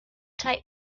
take